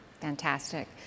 Fantastic